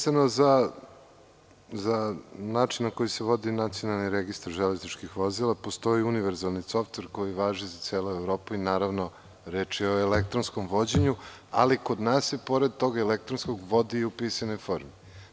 Vezano za način na koji se vodi Nacionalni registar železničkih vozila, postoji univerzalni softver koji važi za celu Evropu i, naravno, reč je o elektronskom vođenju, ali kod nas se pored tog elektronskog vodi i u pisanoj formi.